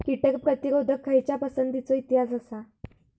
कीटक प्रतिरोधक खयच्या पसंतीचो इतिहास आसा?